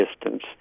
distance